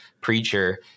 preacher